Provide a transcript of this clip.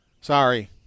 Sorry